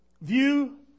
view